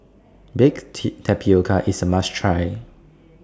Baked Tapioca IS A must Try